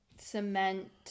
cement